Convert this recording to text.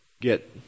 get